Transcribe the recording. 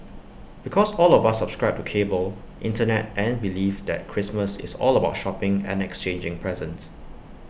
because all of us subscribe to cable Internet and belief that Christmas is all about shopping and exchanging presents